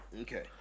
okay